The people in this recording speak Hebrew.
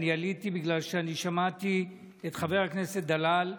אני עליתי בגלל שאני שמעתי את חבר הכנסת דלל,